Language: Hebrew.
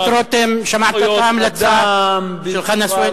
חבר הכנסת רותם, שמעת את ההמלצה של חנא סוייד?